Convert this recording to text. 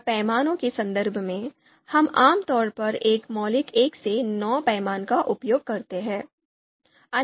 और पैमाने के संदर्भ में हम आम तौर पर एक मौलिक 1 से 9 पैमाने का उपयोग करते हैं